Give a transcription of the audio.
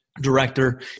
director